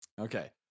Okay